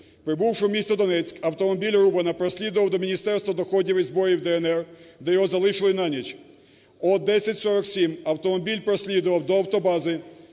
Прибувши в місто Донецьк автомобіль Рубана прослідував до міністерства доходів і зборів "ДНР", де його залишили на ніч. О 10:47 автомобіль прослідував до автобази,